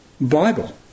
Bible